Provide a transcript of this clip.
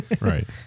right